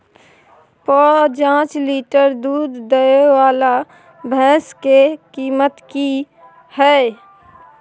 प जॉंच लीटर दूध दैय वाला भैंस के कीमत की हय?